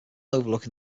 overlooking